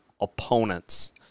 opponents